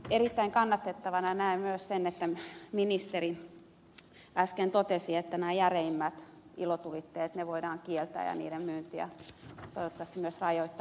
erittäin kannatettavana näen myös sen kun ministeri äsken totesi että nämä järeimmät ilotulitteet voidaan kieltää ja niiden myyntiä toivottavasti myös rajoittaa